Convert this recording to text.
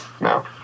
No